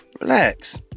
relax